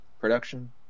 production